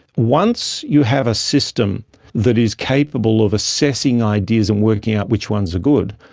once you have a system that is capable of assessing ideas and working out which ones are good,